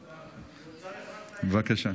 בבקשה.